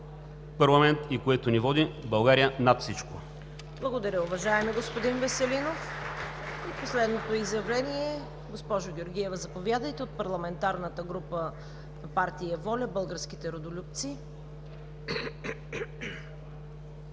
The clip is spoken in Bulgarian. парламент и което ни води: „България – над всичко!“